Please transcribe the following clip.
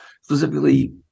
specifically